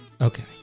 Okay